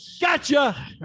gotcha